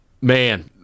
man